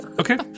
Okay